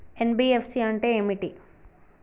NBFC అంటే ఏమిటి?